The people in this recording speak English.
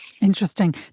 Interesting